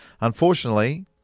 unfortunately